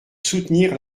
soutenir